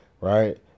right